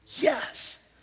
Yes